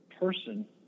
person